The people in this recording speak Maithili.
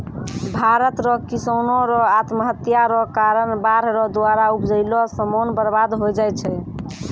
भारत रो किसानो रो आत्महत्या रो कारण बाढ़ रो द्वारा उपजैलो समान बर्बाद होय जाय छै